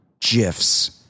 GIFs